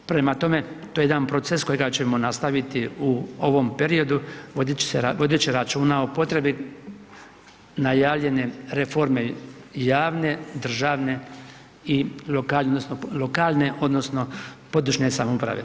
Prema tome, to je jedan proces kojega ćemo nastaviti u ovom periodu vodeći računa o potrebi najavljene reforme javne, državne i lokalne, odnosno lokalne odnosno područne samouprave.